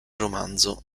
romanzo